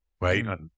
Right